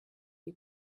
you